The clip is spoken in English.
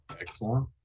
Excellent